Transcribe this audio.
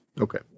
Okay